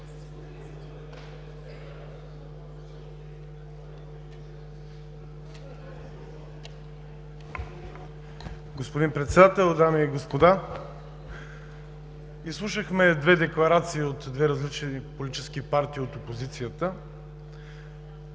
Господин Председател, дами и господа! Изслушахме две декларации от две различни политически партии от опозицията